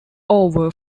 over